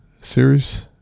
series